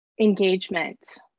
engagement